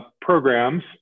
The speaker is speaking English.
programs